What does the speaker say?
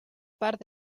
part